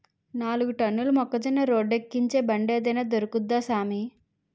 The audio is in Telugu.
నాలుగు టన్నుల మొక్కజొన్న రోడ్డేక్కించే బండేదైన దొరుకుద్దా సామీ